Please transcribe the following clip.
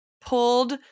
pulled